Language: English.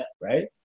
right